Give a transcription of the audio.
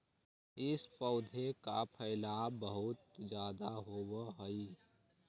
इस पौधे का फैलाव बहुत ज्यादा होवअ हई